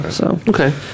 Okay